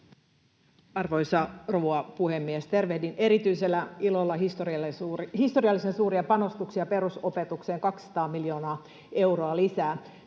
Arvoisa rouva puhemies! Tervehdin erityisellä ilolla historiallisen suuria panostuksia perusopetukseen: 200 miljoonaa euroa lisää.